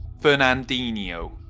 Fernandinho